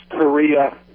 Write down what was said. Korea